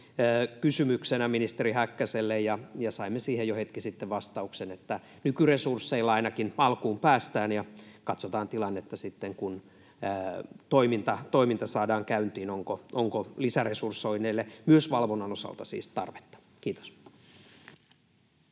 kysymyksenä ministeri Häkkäselle. Saimme siihen jo hetki sitten vastauksen, että nykyresursseilla ainakin alkuun päästään ja katsotaan tilannetta sitten, kun toiminta saadaan käyntiin, onko lisäresursoinneille myös valvonnan osalta siis tarvetta. — Kiitos.